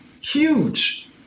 Huge